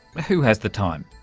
who has the time?